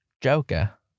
Joker